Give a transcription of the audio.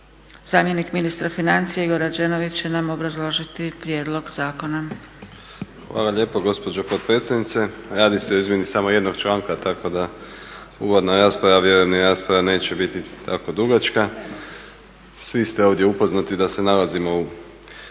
zamjenik ministra financija Igor Rađenović će nam obrazložiti prijedlog zakona. **Rađenović, Igor (SDP)** Hvala lijepo gospođo potpredsjednice. Radi se o izmjeni samo jednog članka tako da uvodna rasprava a vjerujem ni rasprava neće biti tako dugačka. Svi ste ovdje upoznati da se nalazimo u